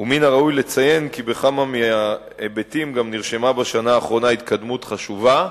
ומן הראוי לציין שבכמה מן ההיבטים גם נרשמה בשנה האחרונה התקדמות חשובה.